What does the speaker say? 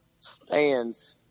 stands